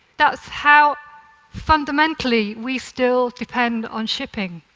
that is how fundamentally we still depend on shipping.